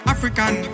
African